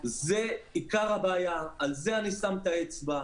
זה עיקר הבעיה, על זה אני שם את האצבע.